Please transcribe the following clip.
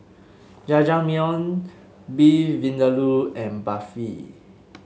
Jajangmyeon Beef Vindaloo and Barfi